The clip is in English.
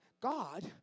God